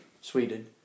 Sweden